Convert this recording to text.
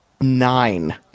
nine